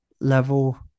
level